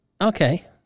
Okay